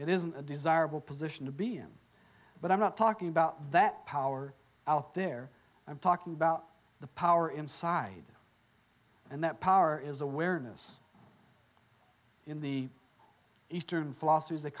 it isn't a desirable position to be i'm but i'm not talking about that power out there i'm talking about the power inside and that power is awareness in the eastern philosophies th